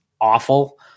awful